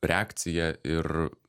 reakciją ir